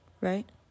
right